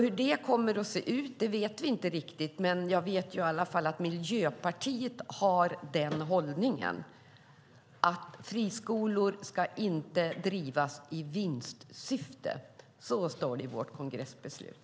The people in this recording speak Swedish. Hur det kommer att se ut vet vi inte riktigt, men jag vet i alla fall att Miljöpartiet har den hållningen att friskolor inte ska drivas i vinstsyfte. Så står det i vårt kongressbeslut.